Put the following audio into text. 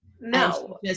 No